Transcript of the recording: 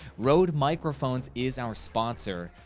rode microphones is our sponsor,